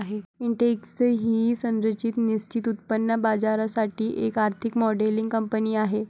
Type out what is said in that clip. Intex ही संरचित निश्चित उत्पन्न बाजारासाठी एक आर्थिक मॉडेलिंग कंपनी आहे